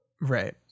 Right